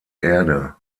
erde